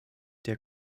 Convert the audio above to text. der